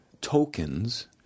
tokens